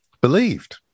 believed